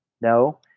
no